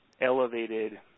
elevated